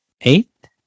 Eight